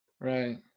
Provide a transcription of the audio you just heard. Right